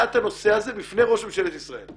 את הנושא הזה בפני ראש ממשלת ישראל.